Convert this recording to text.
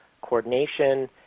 coordination